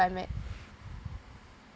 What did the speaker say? climate